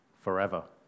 forever